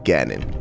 Gannon